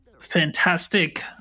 fantastic